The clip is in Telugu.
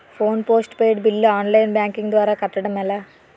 Phone post paid bill online banking ద్వారా కట్టడం ఎలా?